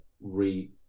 re